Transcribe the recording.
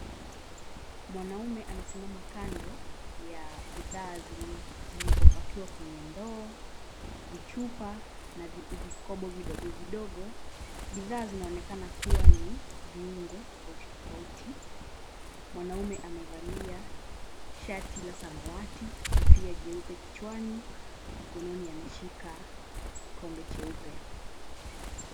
Mwanaume amesimama kando ya bidhaa zilizopakiwa kwenye ndoo, vichupa na vikobo vidogo vidogo. Bidhaa zinaonekana kuwa ni viungo tofauti tofauti. Mwanaume amevalia shati la samawati, kofia jeupe kichwani, mkononi ameshika kikombe cheupe.